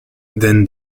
than